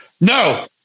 No